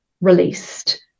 released